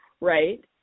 right